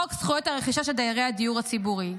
חוק זכויות הרכישה של דיירי הדיור הציבורי.